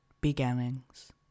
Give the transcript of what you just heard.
Beginnings